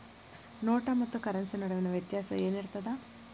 ನೋಟ ಮತ್ತ ಕರೆನ್ಸಿ ನಡುವಿನ ವ್ಯತ್ಯಾಸ ಏನಿರ್ತದ?